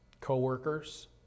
co-workers